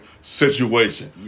situation